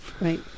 Right